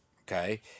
Okay